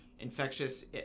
infectious